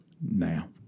now